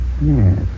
Yes